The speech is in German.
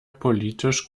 politisch